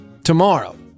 Tomorrow